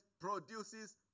produces